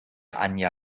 anja